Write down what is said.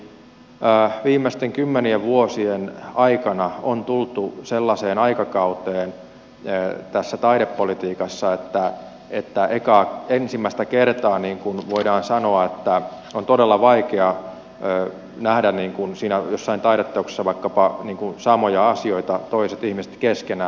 niin kuin minä sanoin niin viimeisten kymmenien vuosien aikana on tultu sellaiseen aikakauteen tässä taidepolitiikassa että ensimmäistä kertaa voidaan sanoa että on todella vaikeaa nähdä jossakin taideteoksessa vaikkapa samoja asioita toisten ihmisten keskenään